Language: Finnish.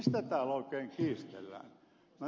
minä en ymmärrä sitä